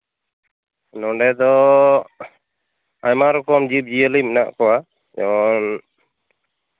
ᱱᱚᱸᱰᱮ ᱫᱚ ᱟᱭᱢᱟ ᱨᱚᱠᱚᱢ ᱡᱤᱵᱽᱼᱡᱤᱭᱟᱹᱞᱤ ᱢᱮᱱᱟᱜ ᱠᱚᱣᱟ ᱡᱮᱢᱚᱱ